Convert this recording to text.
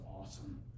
awesome